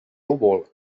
núvol